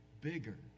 bigger